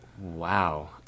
Wow